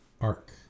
arc